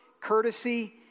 courtesy